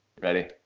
Ready